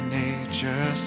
nature